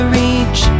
reach